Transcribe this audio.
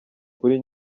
kuri